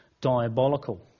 diabolical